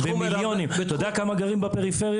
אתה יודע כמה גרים בפריפריה?